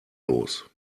los